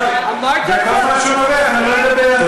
חבר הכנסת ליפמן.